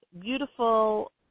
beautiful